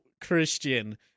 Christian